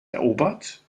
erobert